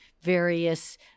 various